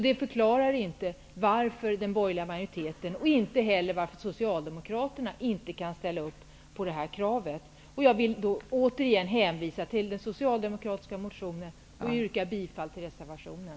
Det förklarar inte varför den borgerliga majoriteten och Socialdemokraterna inte kan gå med på det här kravet. Jag vill återigen hänvisa till den socialdemokratiska motionen, och jag yrkar bifall till reservationen.